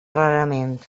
rarament